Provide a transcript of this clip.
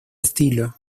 estilo